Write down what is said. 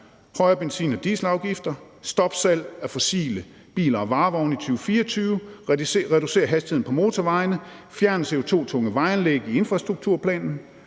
højere benzin- og dieselafgifter; stop salg af fossile biler og varevogne i 2024; reducer hastigheden på motorvejene; fjern CO2-tunge vejanlæg i infrastrukturplanen.